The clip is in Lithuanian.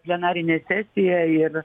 plenarinė sesija ir